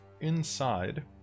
inside